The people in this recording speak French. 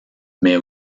mais